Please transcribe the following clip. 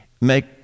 make